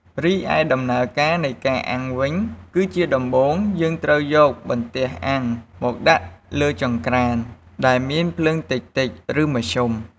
រីឯ ដំណើរការនៃការអាំងវិញ គឺជាដំបូងយើងត្រូវយកបន្ទះអាំងមកដាក់លើចង្រ្កានដែលមានភ្លើងតិចៗឬមធ្យម។